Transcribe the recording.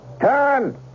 Turn